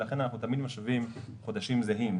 לכן אנחנו תמיד משווים חודשים זהים,